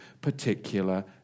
particular